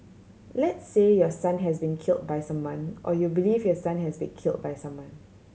let's say your son has been killed by someone or you believe your son has been killed by someone